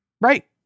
Right